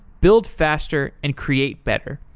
build faster and create better.